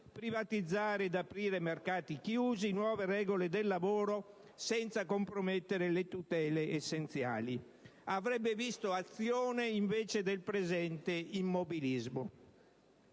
privatizzare ed aprire mercati chiusi, dettare nuove regole del lavoro senza compromettere le tutele essenziali. Avrebbe visto azione invece del presente immobilismo.